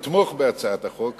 אתמוך בהצעת החוק,